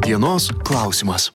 dienos klausimas